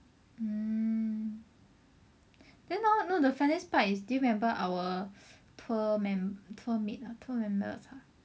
mm then hor no the funniest part is do you remember our tour mem~ tour mate ah tour members